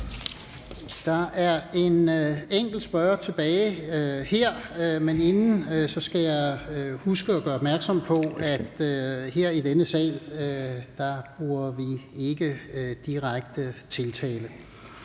Der er en enkelt spørger tilbage, men inden skal jeg huske at gøre opmærksom på, at her i denne sal bruger vi ikke direkte tiltale.